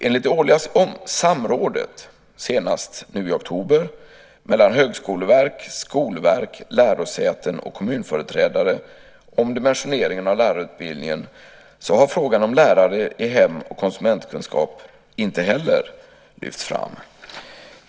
Enligt det årliga samrådet, senast nu i oktober, mellan Högskoleverket, Skolverket, lärosäten och kommunföreträdare om dimensioneringen av lärarutbildningen har frågan om lärare i hem och konsumentkunskap inte heller lyfts fram.